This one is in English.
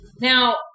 Now